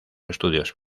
estudios